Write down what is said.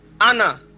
Anna